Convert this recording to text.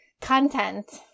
content